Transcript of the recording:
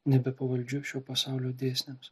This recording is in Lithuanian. nebepavaldžiu šio pasaulio dėsniams